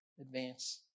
advance